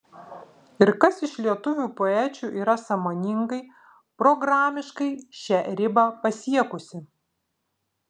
ir kas iš lietuvių poečių yra sąmoningai programiškai šią ribą pasiekusi